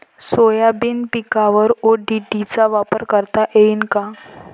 Soybean पिकावर ODT चा वापर करता येईन का?